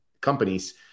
companies